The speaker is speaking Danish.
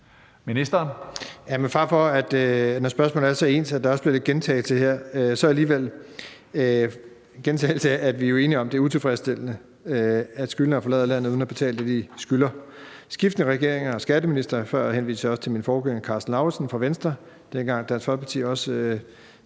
når spørgsmålene er så ens, vil jeg sige, at vi er enige om, at det er utilfredsstillende, at skyldnere forlader landet uden at betale det, de skylder. Skiftende regeringer og skatteministre – før henviste jeg til min forgænger Karsten Lauritzen fra Venstre; det var, dengang Dansk Folkeparti